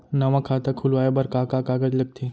नवा खाता खुलवाए बर का का कागज लगथे?